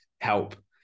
help